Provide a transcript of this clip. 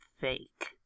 fake